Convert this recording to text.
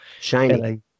Shiny